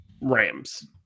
Rams